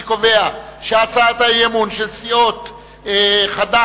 אני קובע שהצעת האי-אמון של סיעות חד"ש,